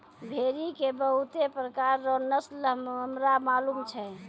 भेड़ी के बहुते प्रकार रो नस्ल हमरा मालूम छै